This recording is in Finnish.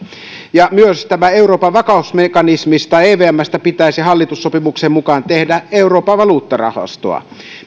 myös tästä euroopan vakausmekanismista evmstä pitäisi hallitussopimuksen mukaan tehdä euroopan valuuttarahastoa